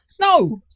No